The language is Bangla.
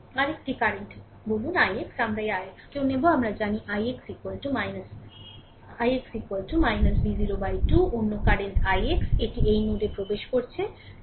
আরেকটি কারেন্ট বলুন ix আমরা এই ix কেও নেব আমরা জানি ix V0 2 অন্য কারেন্ট ix এটি এই নোডে প্রবেশ করছে